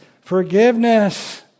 forgiveness